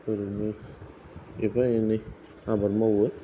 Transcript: ओरैनो एफा एनै आबाद मावो